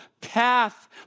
path